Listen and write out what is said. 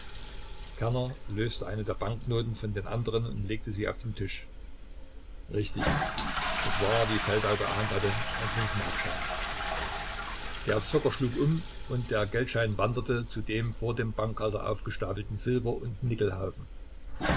kerner löste eine der banknoten von den anderen und legte sie auf den tisch richtig es war wie feldau geahnt hatte ein fünfmarkschein der zocker schlug um und der geldschein wanderte zu dem vor dem bankhalter aufgestapelten silber und